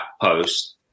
post